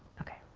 okay.